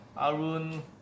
arun